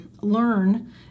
learn